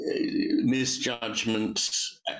misjudgments